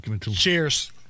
Cheers